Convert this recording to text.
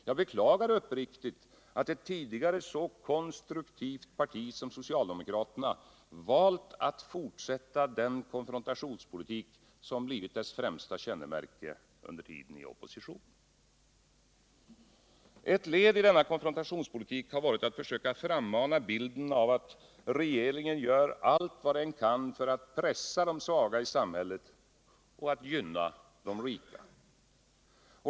Jag beklagar uppriktigt att ett tidigare så konstruktivt parti som socialdemokraterna valt att fortsätta den konfrontationspolitik som blivit deras främsta kännemärke under tiden i opposition. Ett led i denna konfrontationspolitik har varit att försöka frammana bilden av att regeringen gör allt vad den kan för att pressa de svaga i samhället och gynna de rika.